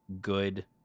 good